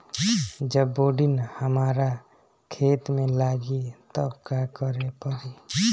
जब बोडिन हमारा खेत मे लागी तब का करे परी?